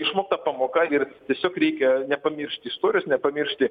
išmokta pamoka ir tiesiog reikia nepamiršti istorijos nepamiršti